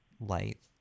light